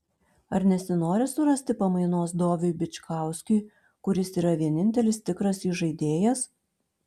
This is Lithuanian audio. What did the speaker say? ar nesinori surasti pamainos doviui bičkauskiui kuris yra vienintelis tikras įžaidėjas